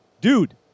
Dude